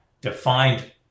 defined